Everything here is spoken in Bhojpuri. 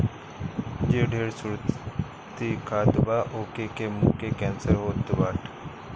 जे ढेर सुरती खात बा ओके के मुंहे के कैंसर होत बाटे